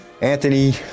Anthony